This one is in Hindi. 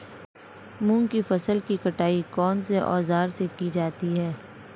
मूंग की फसल की कटाई कौनसे औज़ार से की जाती है?